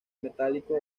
metálico